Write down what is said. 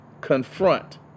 confront